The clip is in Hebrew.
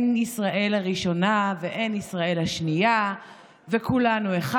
ישראל הראשונה ואין ישראל השנייה וכולנו אחד.